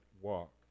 walk